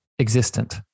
existent